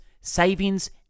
savings